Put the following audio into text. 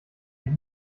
denn